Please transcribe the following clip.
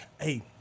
hey